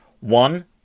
One